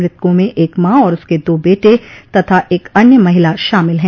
मृतकों में एक माँ और उसके दो बेटे तथा एक अन्य महिला शामिल है